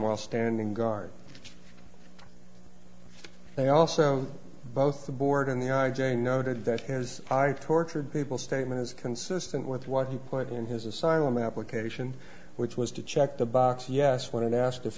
while standing guard they also both the board and the i j a noted that his eye tortured people statement is consistent with what he put in his asylum application which was to check the box yes when asked if